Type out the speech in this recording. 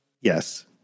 yes